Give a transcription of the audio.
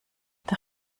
der